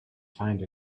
find